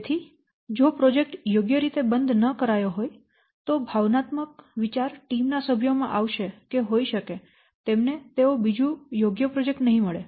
તેથી જો પ્રોજેક્ટ યોગ્ય રીતે બંધ ન કરાયો હોય તો ભાવનાત્મક વિચાર ટીમ ના સભ્યોમાં આવશે કે હોઈ શકે તેમને તેવું બીજું યોગ્ય પ્રોજેક્ટ નહીં મળે